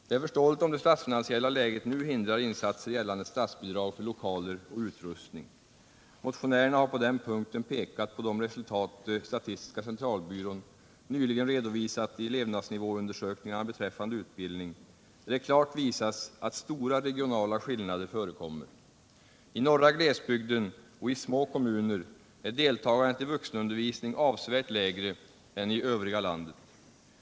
Det är förståeligt om det statsfinansiella läget nu hindrar insatser gällande statsbidrag för lokaler och utrustning. Motionärerna har på den punkten pekat på de resultat SCB nyligen redovisat i Levnadsnivåundersökningarna beträffande utbildning, där det klart visas att stora regionala skillnader förekommer. I norra glesbygden och i små kommuner är deltagandet i vuxenundervisningen avsevärt lägre än i övriga landet.